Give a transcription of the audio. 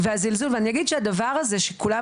אני אגיד שכבר בשלב